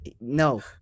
no